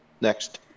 next